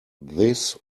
this